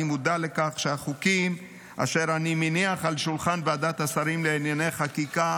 אני מודע לכך שהחוקים אשר אני מניח על שולחן ועדת השרים לענייני חקיקה